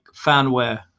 fanware